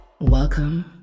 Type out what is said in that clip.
Welcome